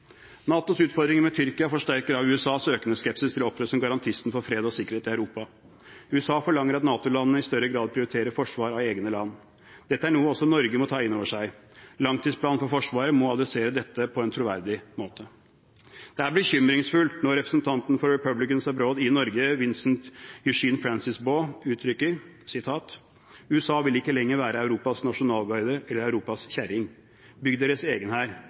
NATOs utfordringer med Tyrkia forsterkes av USAs økende skepsis til å opptre som garantisten for fred og sikkerhet i Europa. USA forlanger at NATO-landene i større grad prioriterer forsvar av egne land. Dette er noe også Norge må ta inn over seg. Langtidsplanen for Forsvaret må adressere dette på en troverdig måte. Det er bekymringsfullt når representanten for Republicans Abroad i Norge, Vincent Eugene Francis Baugh, uttrykker: USA vil ikke lenger være Europas nasjonalgarde eller Europas «kjerring». Bygg deres egen hær.